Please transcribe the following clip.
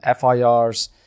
FIRs